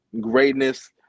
Greatness